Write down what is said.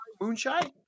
moonshine